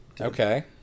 Okay